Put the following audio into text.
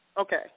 Okay